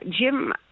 Jim